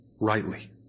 rightly